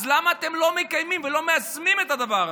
אז למה אתם לא מקיימים ולא מיישמים את הדבר הזה?